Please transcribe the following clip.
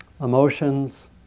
emotions